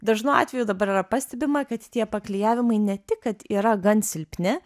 dažnu atveju dabar yra pastebima kad tie paklijavimai ne tik kad yra gan silpni